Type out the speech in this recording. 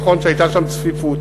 נכון שהייתה שם צפיפות,